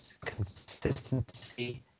consistency